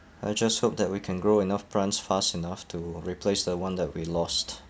I just hope that we can grow enough plants fast enough to replace the one that we lost